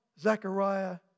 Zechariah